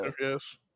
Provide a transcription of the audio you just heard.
yes